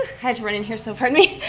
had to run and here, so pardon me.